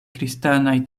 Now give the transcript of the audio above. kristanaj